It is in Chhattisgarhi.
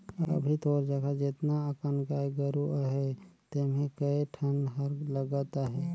अभी तोर जघा जेतना अकन गाय गोरु अहे तेम्हे कए ठन हर लगत अहे